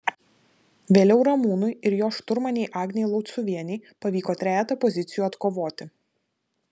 vėliau ramūnui ir jo šturmanei agnei lauciuvienei pavyko trejetą pozicijų atkovoti